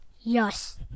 Yes